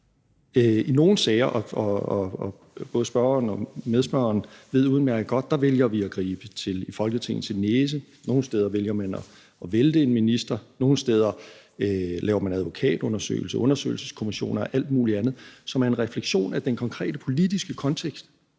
I nogle sager – og det ved både spørgeren og medspørgeren udmærket godt – vælger vi i Folketinget at gribe til en næse; i nogle sager vælger man at vælte en minister; nogle gange laver man advokatundersøgelse, undersøgelseskommissioner og alt muligt andet, som er en refleksion af den konkrete politiske kontekst.